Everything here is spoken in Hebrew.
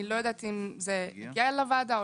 אני לא יודעת אם הוא הגיע אל הוועדה או